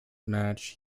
match